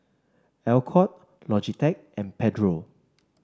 Alcott Logitech and Pedro